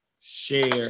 share